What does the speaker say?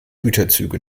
güterzüge